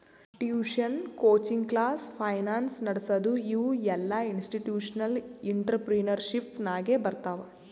tuition, coaching class, finance ನಡಸದು ಇವು ಎಲ್ಲಾಇನ್ಸ್ಟಿಟ್ಯೂಷನಲ್ ಇಂಟ್ರಪ್ರಿನರ್ಶಿಪ್ ನಾಗೆ ಬರ್ತಾವ್